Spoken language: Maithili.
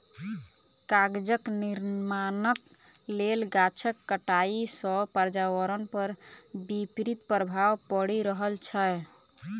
कागजक निर्माणक लेल गाछक कटाइ सॅ पर्यावरण पर विपरीत प्रभाव पड़ि रहल छै